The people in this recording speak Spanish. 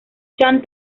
chan